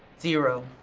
zero.